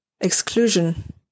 exclusion